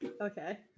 Okay